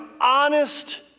honest